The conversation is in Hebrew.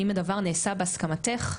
האם הדבר נעשה בהסכמתך?